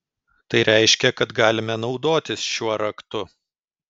tai reiškia kad galime naudotis šiuo raktu